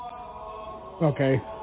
okay